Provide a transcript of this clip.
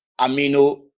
Amino